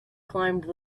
climbed